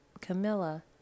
Camilla